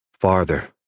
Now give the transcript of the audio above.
farther